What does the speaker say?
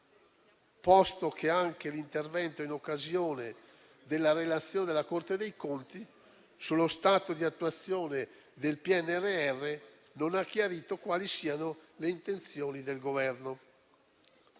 posto che anche l'intervento in occasione della relazione della Corte dei conti sullo stato di attuazione del PNRR non ha chiarito quali siano le intenzioni del Governo.